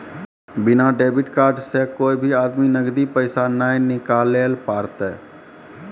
बिना debit card से कोय भी आदमी नगदी पैसा नाय निकालैल पारतै